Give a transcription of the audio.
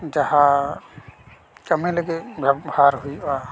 ᱡᱟᱦᱟᱸ ᱠᱟᱹᱢᱤ ᱞᱟᱜᱤᱫ ᱵᱮᱵᱷᱟᱨ ᱦᱩᱭᱩᱜᱼᱟ